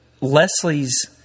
Leslie's